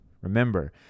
Remember